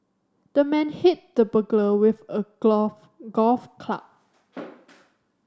the man hit the burglar with a golf club